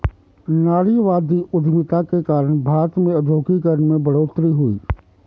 नारीवादी उधमिता के कारण भारत में औद्योगिकरण में बढ़ोतरी हुई